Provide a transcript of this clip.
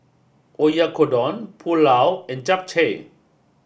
Oyakodon Pulao and Japchae